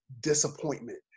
disappointment